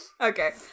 Okay